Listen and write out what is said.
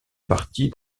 partie